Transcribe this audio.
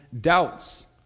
doubts